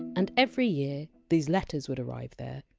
and every year, these letters would arrive there,